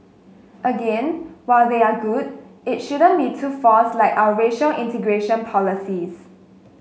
again while they are good it shouldn't be too forced like our racial integration policies